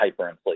hyperinflation